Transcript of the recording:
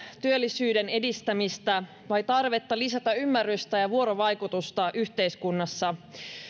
työllisyyden edistämistä vai tarvetta lisätä ymmärrystä ja ja vuorovaikutusta yhteiskunnassa